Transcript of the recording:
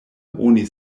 oni